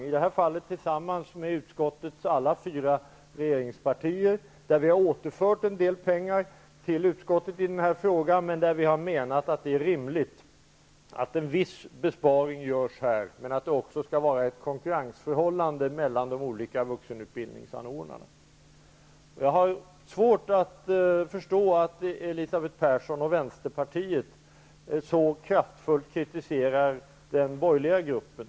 Utskottets alla fyra regeringspartier har vad gäller den här frågan fört ett resonemang och återfört en del pengar till utskottet, men vi har också menat att det är rimligt att en viss besparing görs och att det skall råda ett konkurrensförhållande mellan de olika vuxenutbildningsanordnarna. Jag har svårt att förstå att Elisabeth Persson och Vänsterpartiet så kraftfullt kritiserar den borgerliga gruppen.